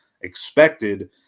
expected